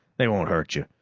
they won't hurt you.